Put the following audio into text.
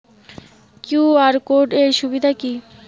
QR code এর সুবিধা কি?